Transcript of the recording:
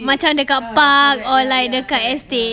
macam dekat park or like the estate